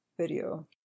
video